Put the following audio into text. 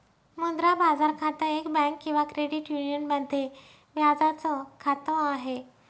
मुद्रा बाजार खातं, एक बँक किंवा क्रेडिट युनियन मध्ये व्याजाच खात आहे